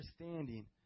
understanding